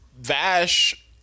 Vash